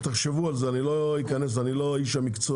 תחשבו על זה, אני לא איש מקצוע,